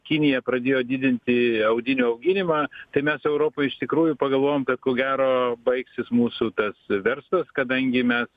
kinija pradėjo didinti audinių auginimą tai mes europoj iš tikrųjų pagalvojom kad ko gero baigsis mūsų tas verslas kadangi mes